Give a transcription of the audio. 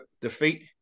defeat